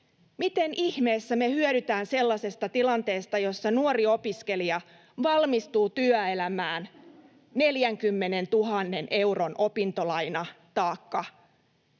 Miten ihmeessä me hyödytään sellaisesta tilanteesta, jossa nuori opiskelija valmistuu työelämään 40 000 euron opintolainataakka